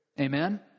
Amen